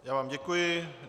Já vám děkuji.